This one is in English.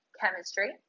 chemistry